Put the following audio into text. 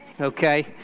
Okay